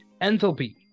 Enthalpy